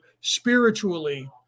spiritually